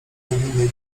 niewinnej